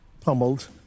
pummeled